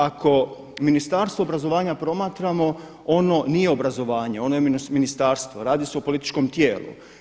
Ako Ministarstvo obrazovanja promatramo ono nije obrazovanje, ono je ministarstvo, radi se o političkom tijelu.